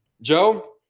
Joe